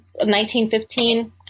1915